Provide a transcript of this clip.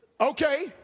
okay